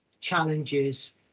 challenges